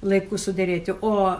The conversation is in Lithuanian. laiku suderėti o